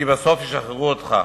כי בסוף ישחררו אותך.